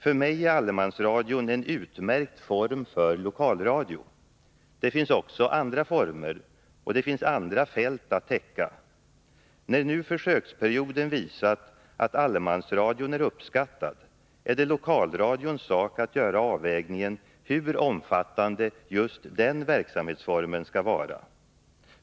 För mig är allemansradion en utmärkt form för lokalradio. Det finns också andra former och andra fält att täcka. När nu försöksperioden visat att allemansradion är uppskattad, är det lokalradions sak att göra avvägningen hur omfattande just den verksamhetsformen skall vara.